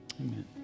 amen